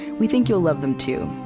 we think you'll love them, too.